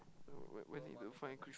wh~ where need to find Chris~